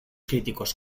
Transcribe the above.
críticos